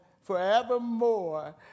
forevermore